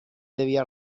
debía